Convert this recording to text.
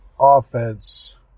offense